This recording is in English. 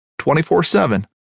24-7